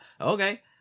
Okay